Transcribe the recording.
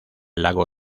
lago